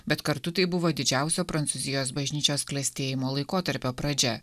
bet kartu tai buvo didžiausio prancūzijos bažnyčios klestėjimo laikotarpio pradžia